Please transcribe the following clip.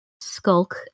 skulk